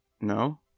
No